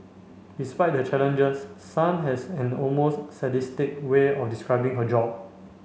despite the challenges Sun has an almost sadistic way of describing her job